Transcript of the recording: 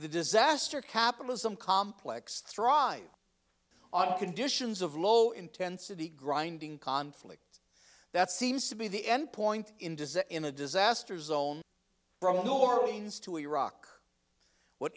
the disaster capitalism complex thrives on conditions of low intensity grinding conflict that seems to be the end point in design in a disaster zone from new orleans to iraq what